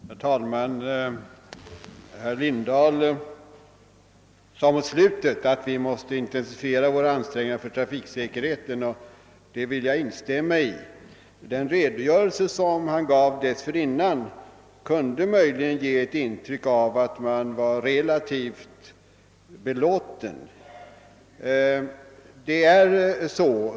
Herr talman! Herr Lindahl sade mot slutet av sitt anförande att vi måste intensifiera våra ansträngningar för att öka trafiksäkerheten. Det vill jag instämma i. Den redogörelse som han dessförinnan gav kunde möjligen ge ett intryck av att vi kunde vara relativt belåtna.